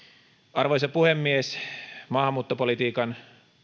arvoisa puhemies maahanmuuttopolitiikan